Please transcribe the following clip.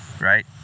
right